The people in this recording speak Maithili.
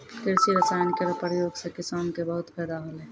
कृषि रसायन केरो प्रयोग सँ किसानो क बहुत फैदा होलै